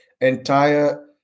entire